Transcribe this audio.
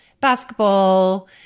basketball